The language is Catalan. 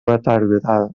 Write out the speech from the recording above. deteriorada